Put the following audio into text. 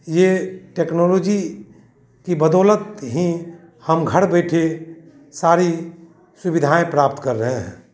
यह टेक्नोलॉजी की बदौलत ही हम घर बैठे सारी सुविधाएँ प्राप्त कर रहे हैं